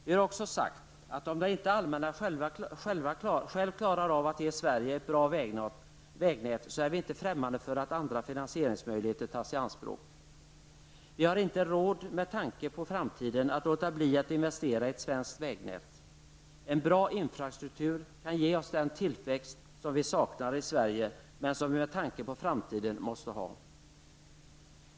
Vi har också sagt att om inte det allmänna självt klarar av att ge Sverige ett bra vägnät, är vi inte främmande för att andra finansieringsmöjligheter tas i anspråk. Vi har med tanke på framtiden inte råd att låta bli att investera i ett svenskt vägnät. En bra infrastruktur kan ge oss den tillväxt som vi saknar i Sverige men som vi med tanke på framtiden måste ha.